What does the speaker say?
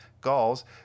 Gauls